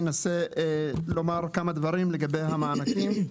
אני אנסה לומר כמה מילים לגבי המענקים.